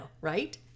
right